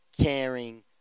caring